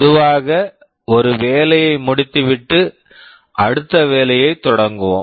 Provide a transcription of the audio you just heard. பொதுவாக ஒரு வேலையை முடித்துவிட்டு அடுத்த வேலையைத் தொடங்குவோம்